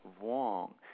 Wong